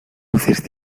luces